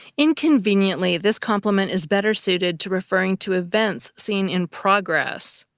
inconveniently, this complement is better suited to referring to events seen in progress.